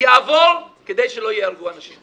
יעבור כדי שלא ייהרגו אנשים.